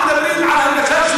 מה שמציע המציע.